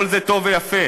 כל זה טוב ויפה.